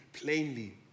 plainly